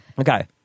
okay